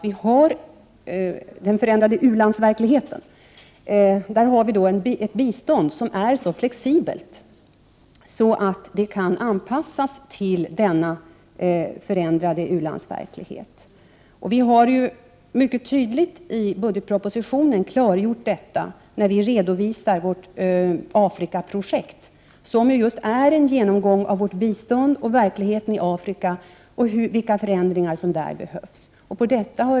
På det området har vi tack och lov ett bistånd som är så flexibelt att det kan anpassas till den förändrade u-landsverkligheten. Vi har mycket tydligt klargjort detta i budgetpropositionen när vi redovisade vårt Afrikaprojekt, som just är en genomgång av vårt bistånd i förhållande till verkligheten i Afrika och vilka förändringar av biståndet som där behövs.